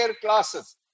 classes